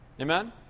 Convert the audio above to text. Amen